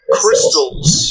crystals